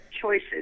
choices